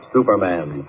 Superman